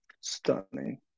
Stunning